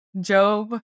Job